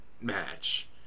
match